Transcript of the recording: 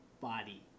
body